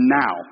now